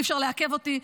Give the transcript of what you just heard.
אי אפשר לעכב אותי,